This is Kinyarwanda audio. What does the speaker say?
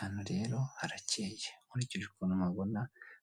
Hano rero harakeye nkurikije ukuntu mpabona